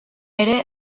ere